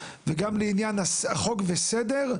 וגם לעניין החוק והסדר,